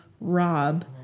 Rob